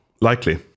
Likely